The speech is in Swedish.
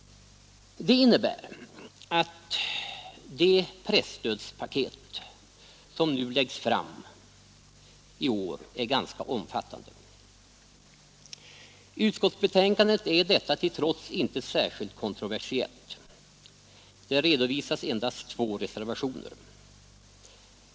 Det presstödspaket som läggs fram i år är ganska omfattande. Utskottsbetänkandet är detta till trots inte särskilt kontroversiellt. Det redovisas endast två reservationer.